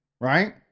Right